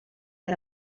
que